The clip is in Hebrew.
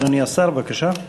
אדוני השר, בבקשה.